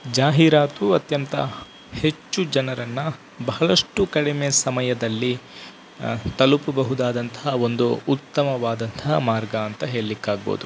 ಜಾಹೀರಾತು ಅತ್ಯಂತ ಹೆಚ್ಚು ಜನರನ್ನು ಬಹಳಷ್ಟು ಕಡಿಮೆ ಸಮಯದಲ್ಲಿ ತಲುಪಬಹುದಾದಂತಹ ಒಂದು ಉತ್ತಮವಾದಂತಹ ಮಾರ್ಗ ಅಂತ ಹೇಳ್ಲಿಕ್ಕೆ ಆಗ್ಬೋದು